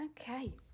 Okay